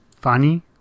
funny